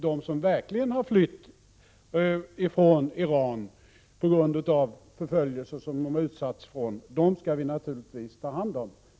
De som verkligen har flytt från Iran på grund av förföljelser som de utsatts för skall vi naturligtvis ta hand om.